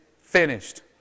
finished